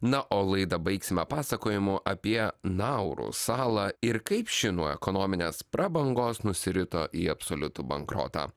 na o laidą baigsime pasakojimu apie nauru salą ir kaip ši nuo ekonominės prabangos nusirito į absoliutų bankrotą